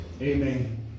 Amen